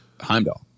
Heimdall